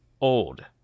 old